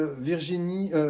virginie